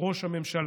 ראש הממשלה.